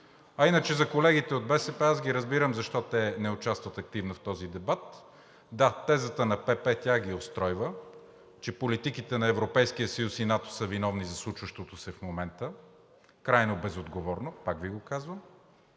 А иначе за колегите от БСП – разбирам ги защо те не участват активно в този дебат. Да, тезата на ПП тях ги устройва, че политиките на Европейския съюз и НАТО са виновни за случващото се в момента. Крайно безотговорно. Пак Ви го казвам.